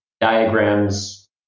diagrams